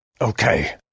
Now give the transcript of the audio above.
Okay